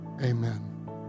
amen